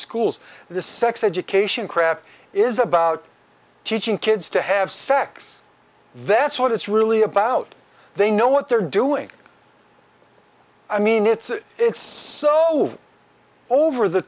schools the sex education crap is about teaching kids to have sex that's what it's really about they know what they're doing i mean it's it's so over the